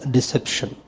Deception